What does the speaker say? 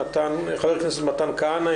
חבר הכנסת מתן כהנא,